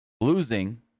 losing